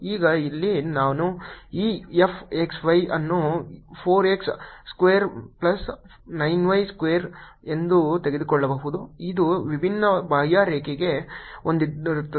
ಈಗ ಇಲ್ಲಿ ನಾನು ಈ f x y ಅನ್ನು 4 x square plus 9 y square ಎಂದು ತೆಗೆದುಕೊಳ್ಳಬಹುದು ಇದು ವಿಭಿನ್ನ ಬಾಹ್ಯರೇಖೆಗಳನ್ನು ಹೊಂದಿರುತ್ತದೆ